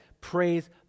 praise